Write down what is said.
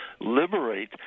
liberate